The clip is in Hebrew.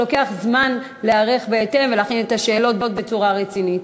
שלוקח זמן להיערך בהתאם ולהכין את התשובות בצורה רצינית.